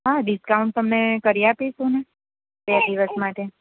હા ડિસકાઉન્ટ તમને કરી આપીશું ને બે દિવસ માટે